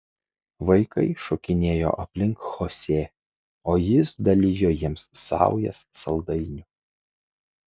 vaikai šokinėjo aplink chosė o jis dalijo jiems saujas saldainių